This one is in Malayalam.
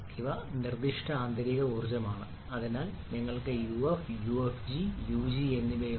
ഇവ നിർദ്ദിഷ്ട ആന്തരിക g ർജ്ജമാണ് അതിനാൽ നിങ്ങൾക്ക് uf ufg ug എന്നിവയുണ്ട്